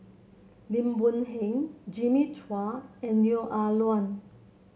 Lim Boon Heng Jimmy Chua and Neo Ah Luan